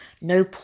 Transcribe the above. No